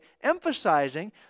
emphasizing